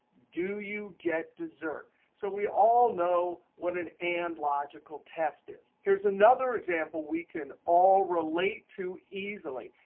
do you get dessert? so we all know what an and logical test is. here's another example we can all relate to easily.